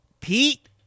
Pete